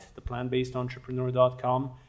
theplantbasedentrepreneur.com